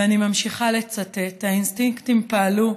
ואני ממשיכה לצטט: האינסטינקטים פעלו,